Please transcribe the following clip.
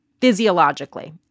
physiologically